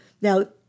Now